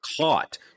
caught